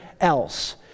else